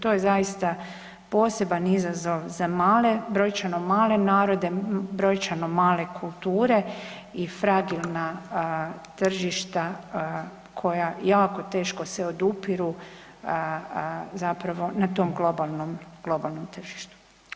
To je zaista poseban izazov za male, brojčano male narode, brojčano male kulture i fragilna tržišta koja jako teško se odupiru zapravo na tom globalnom, globalnom tržištu.